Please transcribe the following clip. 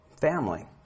family